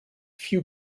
few